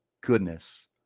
goodness